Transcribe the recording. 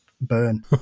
burn